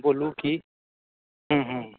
बोलु की हूँ हूँ